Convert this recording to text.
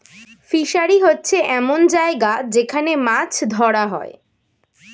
fishery হচ্ছে এমন জায়গা যেখান মাছ ধরা হয়